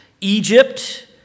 egypt